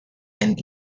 and